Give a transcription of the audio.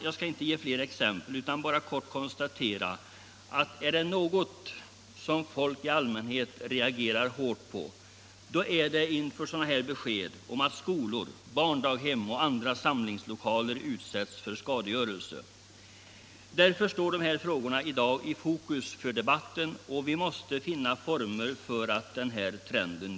Jag skall inte ge fler exempel utan bara kort konstatera att är det något som folk i allmänhet reagerar hårt mot så är det besked om att skolor, barndaghem och andra samlingslokaler utsätts för skadegörelse. Därför står dessa frågor i dag i fokus för debatten. Vi måste finna former för att bryta den här trenden.